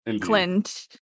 Clint